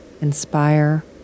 inspire